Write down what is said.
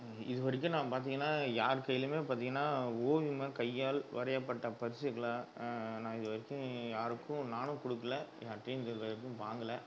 இது வரைக்கும் நான் பார்த்தீங்கன்னா யார் கையிலையுமே பார்த்தீங்கன்னா ஓவியம் கையால் வரையப்பட்ட பரிசுகளை நான் இது வரைக்கும் யாருக்கும் நானும் கொடுக்கல யார்கிட்டையும் இது வரைக்கும் வாங்கலை